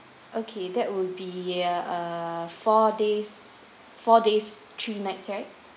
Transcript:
okay that would be yeah uh four days four days three nights sorry